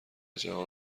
جهان